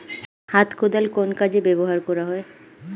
হাত কোদাল কোন কাজে ব্যবহার করা হয়?